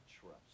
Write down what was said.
trust